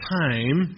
time